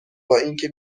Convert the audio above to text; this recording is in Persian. بااینکه